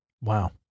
Wow